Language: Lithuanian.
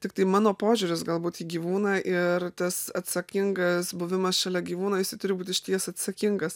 tiktai mano požiūris galbūt į gyvūną ir tas atsakingas buvimas šalia gyvūno jisai turi būt išties atsakingas